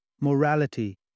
morality